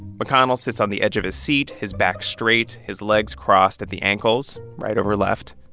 mcconnell sits on the edge of his seat, his back straight, his legs crossed at the ankles, right over left.